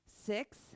six